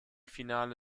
finale